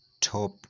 top